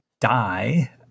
die